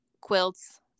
Quilts